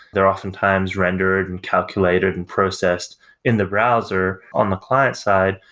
they're oftentimes rendered and calculated and processed in the browser on the client-side.